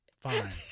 Fine